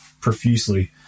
profusely